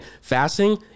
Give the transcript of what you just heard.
fasting